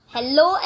Hello